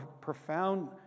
profound